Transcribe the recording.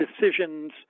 decisions